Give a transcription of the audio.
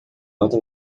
alta